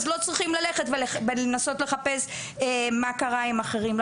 אז לא צריכים ללכת ולנסות לחפש מה קרה עם אחרים.